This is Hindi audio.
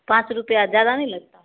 पाँच रुपये ज़्यादा नहीं लगता है